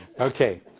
Okay